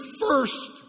first